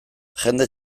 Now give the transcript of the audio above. jende